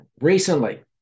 Recently